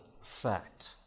fact